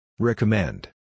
Recommend